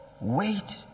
wait